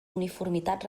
uniformitat